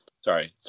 sorry